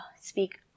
speak